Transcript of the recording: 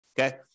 Okay